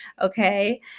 okay